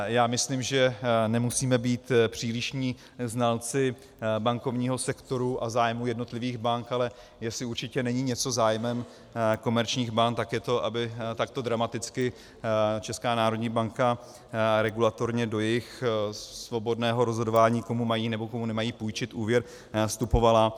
Já myslím, že nemusíme být přílišní znalci bankovního sektoru a zájmu jednotlivých bank, ale jestli určitě není něco zájmem komerčních bank, tak je to, aby takto dramaticky Česká národní banka regulatorně do jejich svobodného rozhodování, komu mají, nebo komu nemají půjčit úvěr, vstupovala.